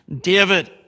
David